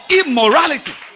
immorality